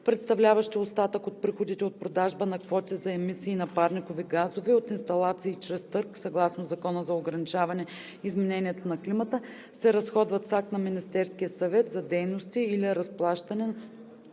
представляващи остатък от приходите от продажба на квоти за емисии на парникови газове от инсталации чрез търг съгласно Закона за ограничаване изменението на климата, се разходват с акт на Министерския съвет за дейности или разплащане на